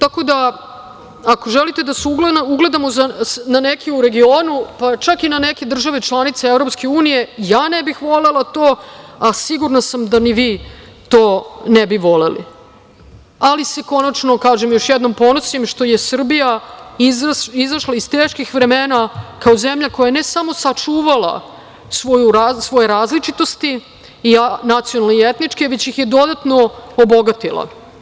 Ako želite da se ugledamo na neke u regionu, pa čak i na neke države članice EU, ja ne bih volela to, a sigurna sam da ni vi to ne bi voleli, ali se konačno, kažem još jednom, ponosim što je Srbija izašla iz teških vremena kao zemlja koja je, ne samo sačuvala svoje različitosti i nacionalne i etničke, već ih je dodatno obogatila.